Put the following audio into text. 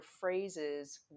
phrases